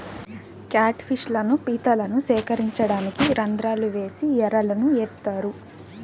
cat fish లను, పీతలను సేకరించడానికి రంద్రాలు చేసి ఎరలను ఏత్తారు